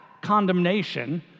condemnation